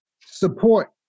support